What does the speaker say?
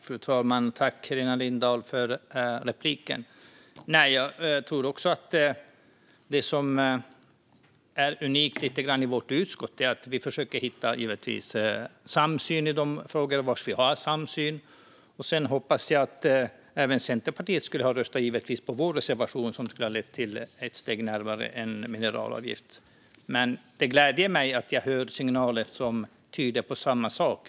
Fru talman! Tack, Helena Lindahl, för repliken! Jag tror också att det som är lite unikt i vårt utskott är att vi försöker att hitta samsyn i de frågor där vi har samsyn. Jag hade hoppats att även Centerpartiet skulle rösta på Vänsterpartiets reservation, som skulle ha lett ett steg närmare en mineralavgift, men det gläder mig att jag hör signaler som tyder på samma sak.